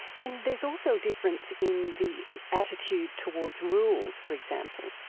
and there's also difference in the attitude towards rules, for example.